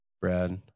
brad